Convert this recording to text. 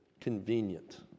convenient